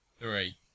Three